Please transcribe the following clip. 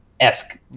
esque